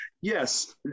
yes